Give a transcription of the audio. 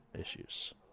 issues